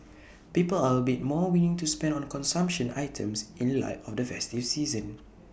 people are A bit more willing to spend on consumption items in light of the festive season